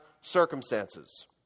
circumstances